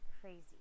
crazy